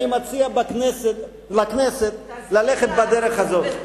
אני מציע לכנסת ללכת בדרך הזאת.